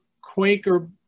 Quaker